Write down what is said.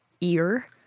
ear